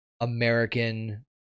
American